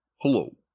Hello